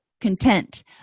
content